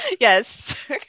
Yes